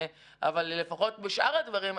אבל לפחות בשאר הדברים,